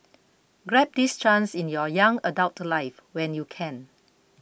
grab this chance in your young adult life when you can